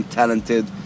talented